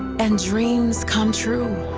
and dreams come true.